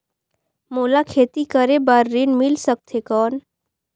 मोला खेती करे बार ऋण मिल सकथे कौन?